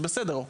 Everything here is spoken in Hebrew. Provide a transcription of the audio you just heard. זה בסדר.